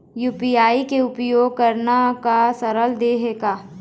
UPI के उपयोग करना का सरल देहें का?